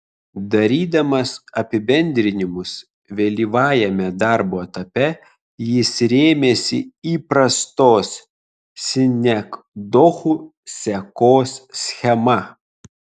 darydamas apibendrinimus vėlyvajame darbo etape jis rėmėsi įprastos sinekdochų sekos schema